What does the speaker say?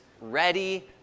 ready